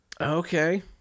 Okay